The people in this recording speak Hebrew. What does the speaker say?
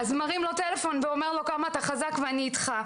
הוא מרים לו טלפון ואומר לו: כמה אתה חזק ואני איתך.